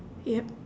yup